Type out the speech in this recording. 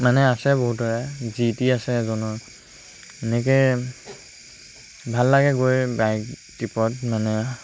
মানে আছে বহুতৰে জি টি আছে এজনৰ এনেকৈ ভাল লাগে গৈ বাইক ট্ৰিপত মানে